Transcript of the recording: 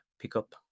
pickup